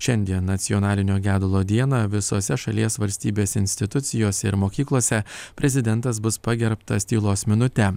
šiandien nacionalinio gedulo dieną visose šalies valstybės institucijose ir mokyklose prezidentas bus pagerbtas tylos minute